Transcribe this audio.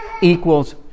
equals